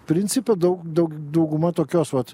principe daug daug dauguma tokios vat